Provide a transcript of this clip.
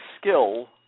skill